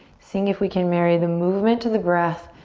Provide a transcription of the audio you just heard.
seeing if we can marry the movement to the breath,